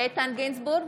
איתן גינזבורג,